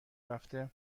رفته